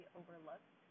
overlooked